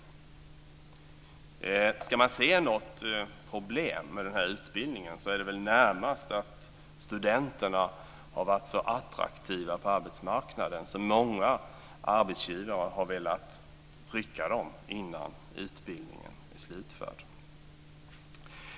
Ska man se något problem med den här utbildningen är det närmast att studenterna har varit så attraktiva på arbetsmarknaden att många arbetsgivare har velat rycka dem innan utbildningen är slutförd.